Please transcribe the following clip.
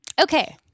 okay